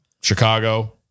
Chicago